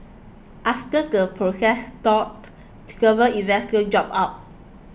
after the process stalled investors dropped out